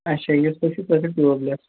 اَچھا یِتھٕ پٲٹھۍ چھِ سُہ چھُ ٹیٛوٗب لٮ۪س